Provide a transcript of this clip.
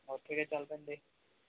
ਓਥੇ ਜੇ ਚੱਲ ਪੈਂਦੇ